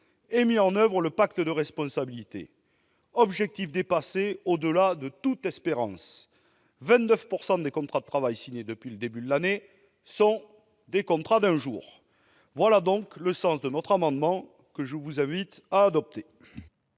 et mis en oeuvre le pacte de responsabilité et de solidarité. Objectif dépassé au-delà de toute espérance : 29 % des contrats de travail signés depuis le début de l'année sont des contrats d'un jour ! Tel est le sens de cet amendement que je vous invite à adopter,